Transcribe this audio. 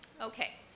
Okay